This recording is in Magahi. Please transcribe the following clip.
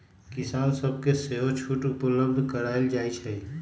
किसान सभके सेहो छुट उपलब्ध करायल जाइ छइ